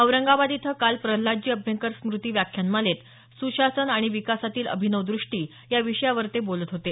औरंगाबाद इथं काल प्रल्हादजी अभ्यंकर स्मृती व्याख्यानमालेत सुशासन आणि विकासातील अभिनव दृष्टी या विषयावर ते बोलत होते